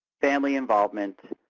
family involvement,